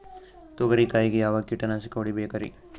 ತೊಗರಿ ಕಾಯಿಗೆ ಯಾವ ಕೀಟನಾಶಕ ಹೊಡಿಬೇಕರಿ?